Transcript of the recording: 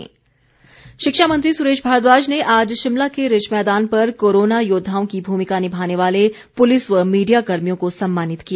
सुरेश भारद्वाज शिक्षा मंत्री सुरेश भारद्वाज ने आज शिमला के रिज मैदान पर कोरोना योद्वाओं की भूमिका निमाने वाले पुलिस व मीडिया कर्मियों को सम्मानित किया